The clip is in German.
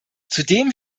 zudem